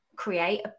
create